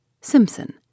Simpson